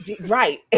right